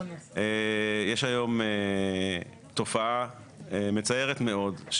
יש היום תופעה מצערת מאוד,